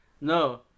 No